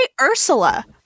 ursula